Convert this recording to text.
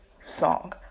song